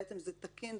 זה תקין,